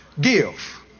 Give